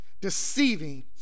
deceiving